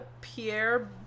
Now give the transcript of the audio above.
Pierre